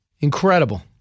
Incredible